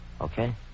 Okay